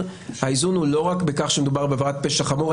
האיזון הוא לא רק בכך שמדובר בעבירת פשע חמור.